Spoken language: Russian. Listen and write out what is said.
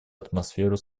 атмосферу